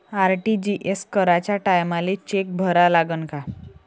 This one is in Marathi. आर.टी.जी.एस कराच्या टायमाले चेक भरा लागन का?